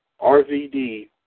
RVD